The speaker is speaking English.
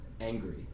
angry